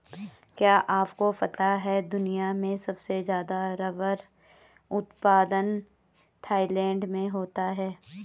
क्या आपको पता है दुनिया में सबसे ज़्यादा रबर उत्पादन थाईलैंड में होता है?